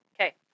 Okay